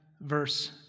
verse